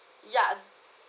ya